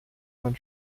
man